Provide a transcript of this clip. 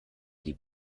die